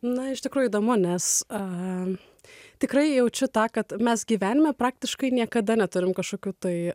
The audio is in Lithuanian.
na iš tikro įdomu nes a tikrai jaučiu tą kad mes gyvenime praktiškai niekada neturim kažkokių tai